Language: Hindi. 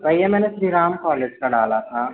भैया मैंने श्री राम कॉलेज का डाला था